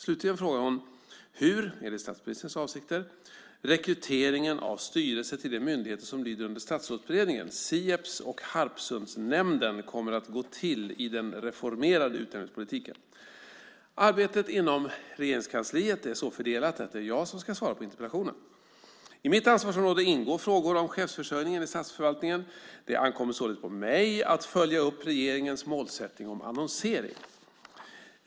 Slutligen frågar hon hur, enligt statsministerns avsikter, rekryteringen av styrelse till de myndigheter som lyder under Statsrådsberedningen, Sieps och Harpsundsnämnden, kommer att gå till i den reformerade utnämningspolitiken. Arbetet inom Regeringskansliet är så fördelat att det är jag som ska svara på interpellationen. I mitt ansvarsområde ingår frågor om chefsförsörjningen i statsförvaltningen. Det ankommer således på mig att följa upp regeringens målsättning om annonsering.